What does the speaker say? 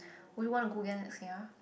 would you want to go again next year